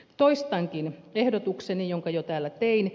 toistankin ehdotukseni jonka jo täällä tein